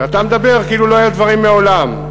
ואתה מדבר כאילו לא היו דברים מעולם.